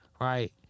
right